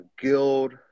guild